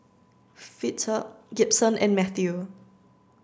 Fitzhugh Gibson and Matthew